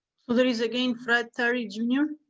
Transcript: there is again fred terry jr.